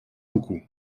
beaucoup